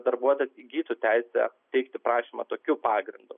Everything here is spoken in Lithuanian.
darbuotojas įgytų teisę teikti prašymą tokiu pagrindu